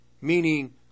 Meaning